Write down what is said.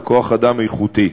וכוח-אדם איכותי.